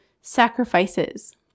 sacrifices